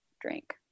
drink